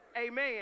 Amen